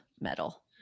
metal